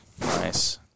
Nice